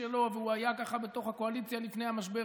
שלו והוא היה ככה בתוך הקואליציה לפני המשבר.